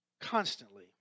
constantly